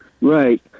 Right